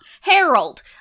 Harold